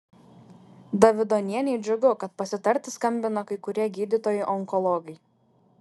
davidonienei džiugu kad pasitarti skambina kai kurie gydytojai onkologai